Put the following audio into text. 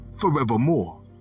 forevermore